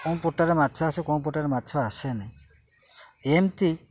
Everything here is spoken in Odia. କୋଉ ପଟାରେ ମାଛ ଆସେ କୋଉ ପଟାରେ ମାଛ ଆସେନି ଏମତି